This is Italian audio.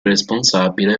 responsabile